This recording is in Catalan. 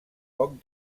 poc